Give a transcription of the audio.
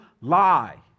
lie